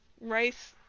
rice